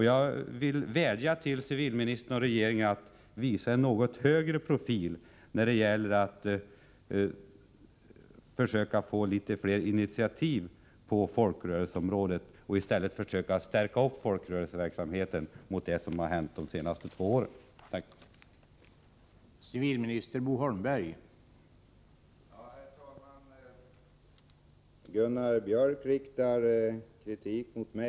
Jag vill vädja till civilministern och regeringen att visa en något högre profil när det gäller att få fram litet fler initiativ på folkrörelseområdet och att i stället för vad som hänt under de senaste två åren försöka stärka folkrörelseverksamheten.